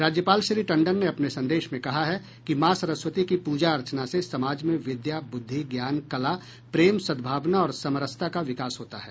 राज्यपाल श्री टंडन ने अपने संदेश में कहा है कि मां सरस्वती की प्रजा अर्चना से समाज में विद्या बुद्धि ज्ञान कला प्रेम सद्भावना और समरसता का विकास होता है